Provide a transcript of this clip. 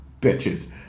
Bitches